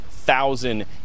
thousand